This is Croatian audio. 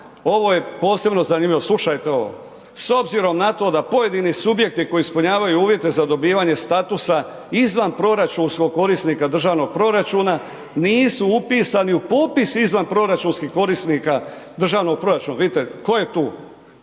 ovo je posebno zanimljivo, slušajte ovo, s obzirom na to da pojedini subjekti koji ispunjavaju uvjete za dobivanje statusa izvan proračunskog korisnika državnog proračuna, nisu upisani u popis izvanproračunskih korisnika državnog proračuna, vidite tko je tu,